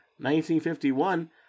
1951